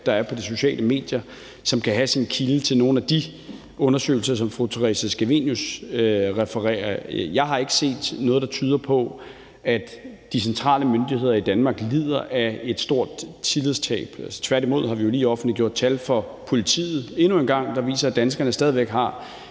der er på de sociale medier, som kan have sin kilde i nogle af de undersøgelser, som fru Theresa Scavenius refererer. Jeg har ikke set noget, der tyder på, at de centrale myndigheder i Danmark lider af et stort tillidstab. Tværtimod har vi jo lige endnu en gang offentliggjort tal for politiet, der viser, at danskerne stadig væk har